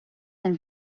and